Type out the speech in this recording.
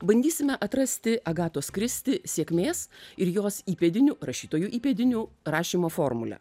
bandysime atrasti agatos kristi sėkmės ir jos įpėdinių rašytojų įpėdinių rašymo formulę